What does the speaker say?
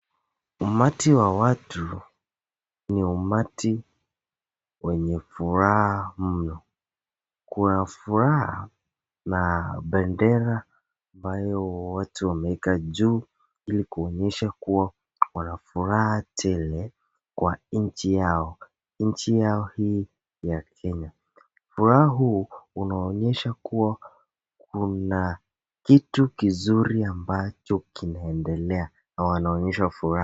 Umati wa watu ni umati wenye furaha mno. Kuna furaha na bendera ambayo watu wameweka juu ili kuonyesha kuwa wana furaha tele kwa nchi yao. Nchi yao hii ya Kenya. Furaha huu unaonyesha kuwa kuna kitu kizuri ambacho kinaendelea na wanaonyesha furaha.